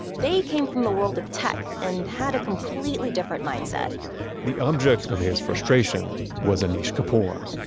they came from the world of tech and had a completely different mindset the object of his frustration was anish kapoor.